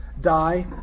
die